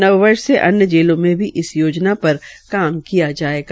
नव वर्ष से अन्य जेलों में भी इस योजना पर काम किया जायेगा